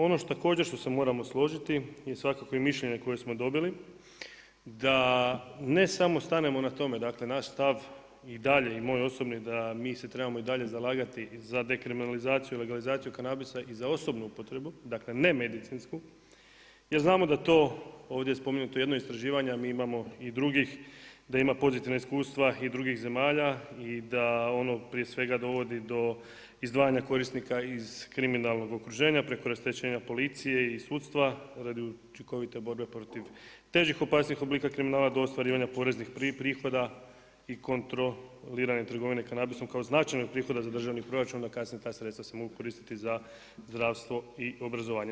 Ono što također se moramo složiti je svakako i mišljenje koje smo dobili da ne samo stanemo na tome, dakle naš stav i dalje i moj osobni je da mi i dalje se trebamo zalagati za dekriminalizaciju, legalizaciju kanabisa i za osobnu upotrebu, dakle ne medicinsku jer znamo da to ovdje je spomenuto jedno istraživanje, a mi imamo i drugih, da ima pozitivna iskustva i drugih zemalja i da ono prije svega dovodi do izdvajanja korisnika iz kriminalnog okruženja preko rasterećenja policije i sudstva radi učinkovite borbe protiv težih i opasnijih oblika kriminala do ostvarivanja poreznih prihoda i kontroliranja trgovine kanabisom kao značajnog prihoda za državni proračun, a kasnije ta sredstva se mogu koristiti za zdravstvo i obrazovanja.